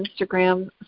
Instagram